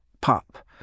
pop